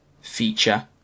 feature